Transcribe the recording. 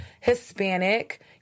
Hispanic